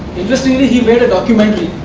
interestingly he made a documentary